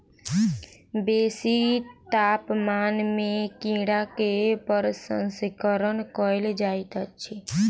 बेसी तापमान में कीड़ा के प्रसंस्करण कयल जाइत अछि